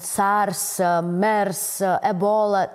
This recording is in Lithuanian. sars mers ebola